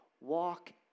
walk